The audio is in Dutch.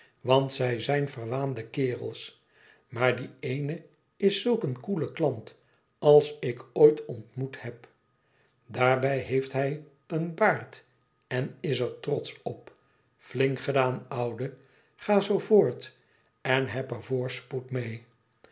want zij zijd verwaande kerels j maar die eene is zulk een koele klant als ik ooit ontmoet heb daarbij heeft hij een baard en is er trotsch op flink gedaan oude ga zoo voort en heb er voorspoed mee